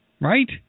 right